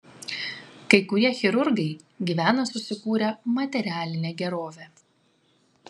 kai kurie chirurgai gyvena susikūrę materialinę gerovę